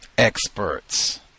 Experts